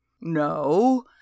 No